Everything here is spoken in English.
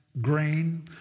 grain